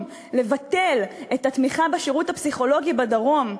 לבטל את התמיכה בשירות הפסיכולוגי בדרום,